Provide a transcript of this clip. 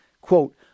quote